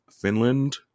Finland